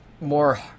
more